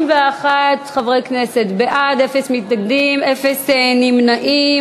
41 חברי כנסת בעד, אפס מתנגדים, אפס נמנעים.